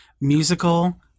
Musical